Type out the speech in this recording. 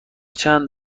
چند